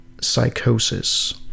psychosis